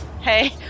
Hey